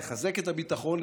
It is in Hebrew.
לחזק את הביטחון,